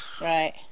Right